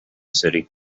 city